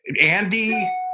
andy